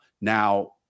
Now